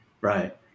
right